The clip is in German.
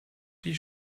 die